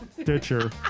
Stitcher